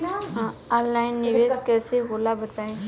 Online निवेस कइसे होला बताईं?